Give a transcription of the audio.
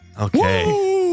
Okay